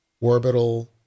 Orbital